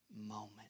moment